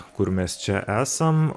kur mes čia esam